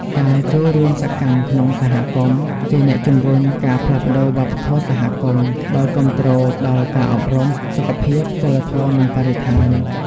ការចូលរួមសកម្មក្នុងសហគមន៍ ជាអ្នកជំរុញការផ្លាស់ប្តូរវប្បធម៌សហគមន៍ ដោយគាំទ្រដល់ការអប់រំ សុខភាព សីលធម៌ និងបរិស្ថាន។